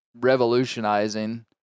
revolutionizing